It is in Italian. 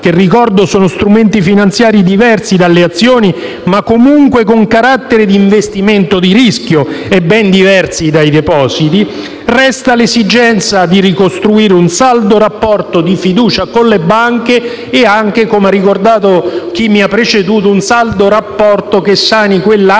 lo ricordo - sono strumenti finanziari diversi dalle azioni, ma comunque con carattere di investimento di rischio e ben diversi dai depositi), resta l'esigenza di ricostruire un saldo rapporto di fiducia con le banche e anche, come ha ricordato chi mi ha preceduto, un saldo rapporto che sani quell'ampia